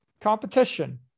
Competition